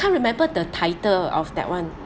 can't remember the title of that one